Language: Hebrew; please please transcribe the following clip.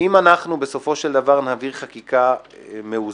אם אנחנו בסופו של דבר נעביר חקיקה מאוזנת,